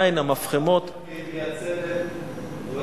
עדיין המפחמות, היום היא מייצרת דברים טכנולוגיים.